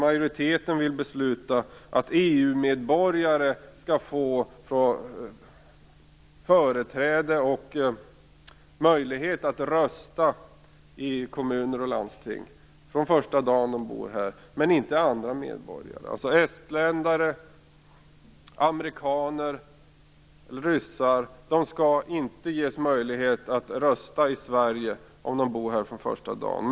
Majoriteten vill besluta att EU medborgare skall få företräde och möjlighet att rösta i kommuner och landsting från första dagen de bor här, men inte andra medborgare. Estländare, amerikaner och ryssar skall inte ges möjlighet att rösta i Sverige från första dagen de bor här.